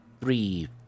three